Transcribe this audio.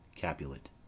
Capulet